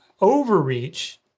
overreach